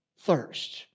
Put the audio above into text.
thirst